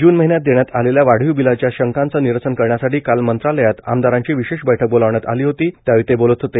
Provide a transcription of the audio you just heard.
जून महिन्यात देण्यात आलेल्या वाढीव बिलांच्या शंकांचे निरसन करण्यासाठी काल मंत्रालयात आमदारांची विशेष बैठक बोलावण्यात आली होती त्यावेळी ते बोलत होते